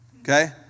okay